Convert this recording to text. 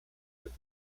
with